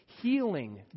healing